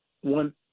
One